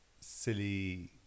silly